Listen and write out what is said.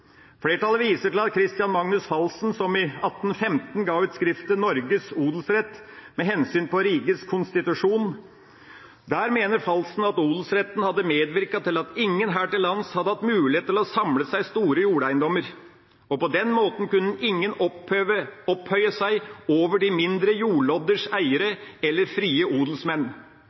Flertallet mener at dette viser at det ikke var tilfeldig at man tok inn odelsretten i Grunnloven på Eidsvoll i 1814, og viser til at Christian Magnus Falsen i 1815 ga ut skriftet Norges Odelsret med Hensyn paa Rigets Constitution. Der mener Falsen at odelsretten hadde medvirket til at ingen her til lands hadde hatt mulighet til å samle seg store jordeiendommer, og på den måten kunne ingen opphøye